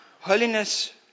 holiness